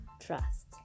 Trust